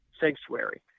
sanctuary